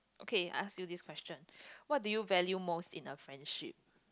okay I ask you this question what do you value most in a friendship